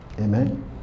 Amen